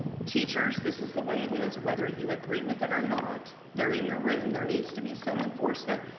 teachers, this is the way it is whether you agree with it or not. they're in your room, there needs to be some enforcement.